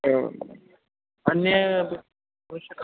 एवम् अन्ये